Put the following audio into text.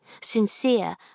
sincere